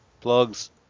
Plugs